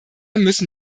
müssen